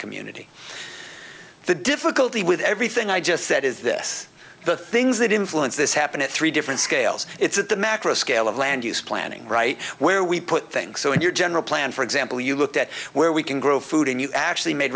community the difficulty with everything i just said is this the things that influence this happen at three different scales it's at the macro scale of land use planning right where we put things so in your general plan for example you looked at where we can grow food and you actually made